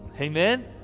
Amen